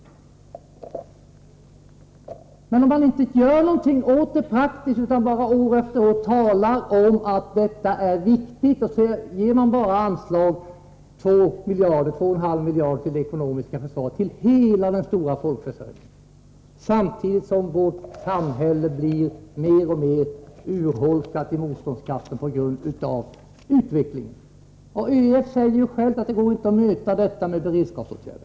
Men man gör inte någonting i praktiken utan talar bara år efter år om att detta är viktigt. Sedan ger man 2,5 miljarder i anslag till det ekonomiska försvaret, till hela den stora folkförsörjningen, samtidigt som vårt samhälle blir mer och mer urholkat i sin motståndskraft på grund av utvecklingen. ÖEF säger ju själv att det inte går att möta den med beredskapsåtgärder.